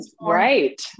right